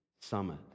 summit